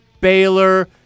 Baylor